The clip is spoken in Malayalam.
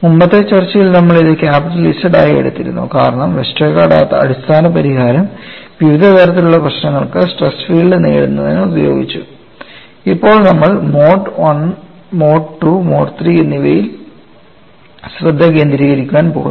മുമ്പത്തെ ചർച്ചയിൽ നമ്മൾ ഇത് ക്യാപിറ്റൽ Z ആയി എടുത്തിരുന്നു കാരണം വെസ്റ്റർഗാർഡ് ആ അടിസ്ഥാന പരിഹാരം വിവിധ തരത്തിലുള്ള പ്രശ്നങ്ങൾക്ക് സ്ട്രെസ് ഫീൽഡ് നേടുന്നതിന് ഉപയോഗിച്ചു ഇപ്പോൾ നമ്മൾ mode I mode II mode III എന്നിവയിൽ ശ്രദ്ധ കേന്ദ്രീകരിക്കാൻ പോകുന്നു